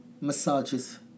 massages